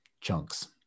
chunks